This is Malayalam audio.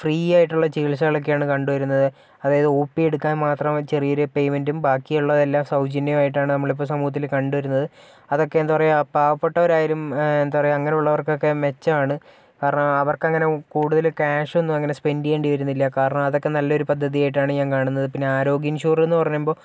ഫ്രീയായിട്ടുള്ള ചികിത്സകളൊക്കെയാണ് കണ്ടുവരുന്നത് അതായത് ഒപിയെടുക്കാൻ മാത്രം ചെറിയ ചെറിയ പേയ്മെന്റും ബാക്കിയുള്ളതെല്ലാം സൗജന്യമായിട്ടാണ് നമ്മളിപ്പോൾ സമൂഹത്തില് കണ്ടുവരുന്നത് അതൊക്കെയെന്താ പറയുക പാവപ്പെട്ടവരായാലും എന്താപറയുക അങ്ങനെയുള്ളവർക്കൊക്കെ മെച്ചമാണ് കാരണം അവർക്കെങ്ങനെ കൂടുതല് ക്യാഷൊന്നും അങ്ങനെ സ്പെൻറ് ചെയ്യേണ്ടി വരുന്നില്ല അതൊക്കെ നല്ലൊരു പദ്ധതിയായിട്ടാണ് ഞാൻ കാണുന്നത്